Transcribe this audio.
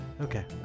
Okay